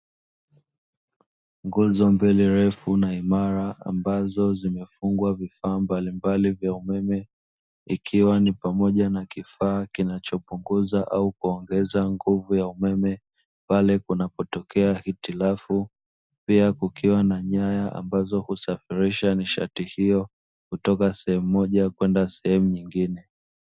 Nguzo mbili refu na imara ambazo zimefungwa vifaa mbalimbali vya umeme, ikiwa ni pamoja na kifaa kinachopunguza au kuongeza nguvu ya umeme pale kunapotokea hitilafu, pia kukiwa na nyaya ambazo husafirisha nishati hiyo; kutoka sehemu moja kwenda sehemu nyingine.